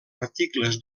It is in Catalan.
articles